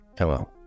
Hello